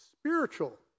spiritual